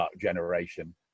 generation